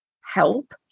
help